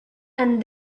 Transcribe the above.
and